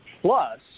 Plus